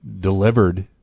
delivered